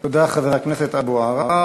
תודה, חבר הכנסת אבו עראר.